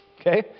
okay